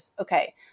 okay